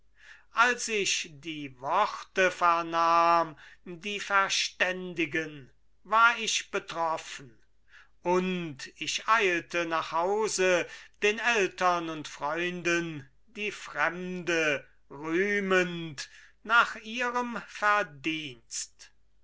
als ich die worte vernahm die verständigen war ich betroffen und ich eilte nach hause den eltern und freunden die fremde rühmend nach ihrem verdienst